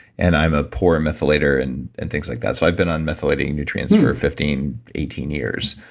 and i'm a poor methylator and and things like that. so i've been on methylating nutrients for fifteen, eighteen years,